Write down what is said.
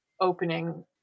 opening